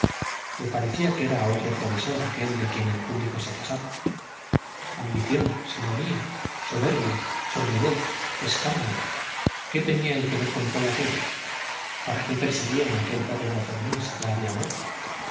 le parecía que era otro provisor aquel de quien el público se quejaba ambición simonía soberbia sordidez escándalo qué tenía él que ver con todo aquello para qué perseguían a aquel pobre don fermín si ya había muerto